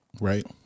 right